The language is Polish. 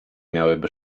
miałyby